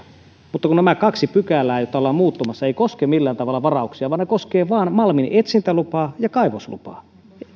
mutta kun nämä kaksi pykälää joita ollaan muuttamassa eivät koske millään tavalla varauksia vaan ne koskevat vain malminetsintälupaa ja kaivoslupaa